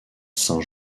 saint